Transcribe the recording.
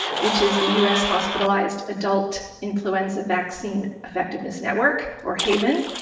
which is the us hospitalized adult influenza vaccine effectiveness network, or haven,